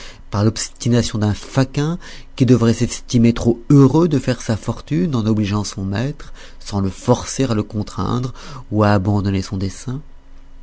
par l'obstination d'un faquin qui devrait s'estimer trop heureux de faire sa fortune en obligeant son maître sans le forcer à le contraindre ou à abandonner son dessein